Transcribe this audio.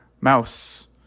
mouse